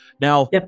now